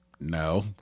No